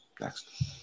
Next